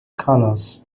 colors